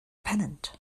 pennant